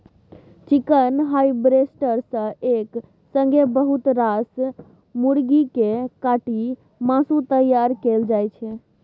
chicken harvester सँ एक संगे बहुत रास मुरगी केँ काटि मासु तैयार कएल जाइ छै